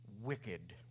wicked